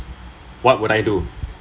what would I do